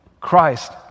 Christ